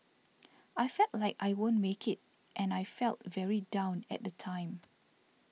I felt like I won't make it and I felt very down at the time